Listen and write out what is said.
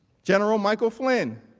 general michael flynn,